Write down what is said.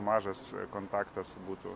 mažas kontaktas būtų